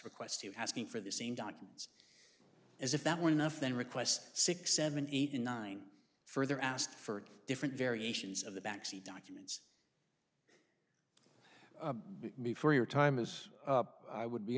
requests to you asking for the same documents as if that were enough then request six seven eight and nine further asked for different variations of the backseat documents before your time as i would be